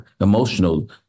emotional